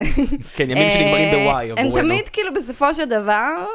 כן, ימים שנגרמים בוואי, עבורנו. הם תמיד כאילו בסופו של דבר...